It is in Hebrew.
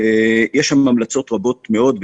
ועוד המלצות רבות מאוד.